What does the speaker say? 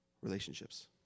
relationships